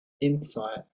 insight